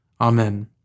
Amen